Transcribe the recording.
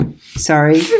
sorry